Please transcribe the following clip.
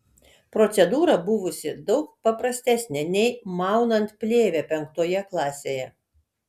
procedūra buvusi daug paprastesnė nei maunant plėvę penktoje klasėje